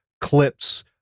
clips